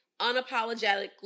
unapologetically